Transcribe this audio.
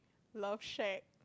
love shack